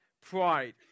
Pride